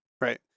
Right